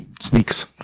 Sneaks